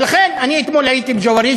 לכן אני אתמול הייתי בג'ואריש,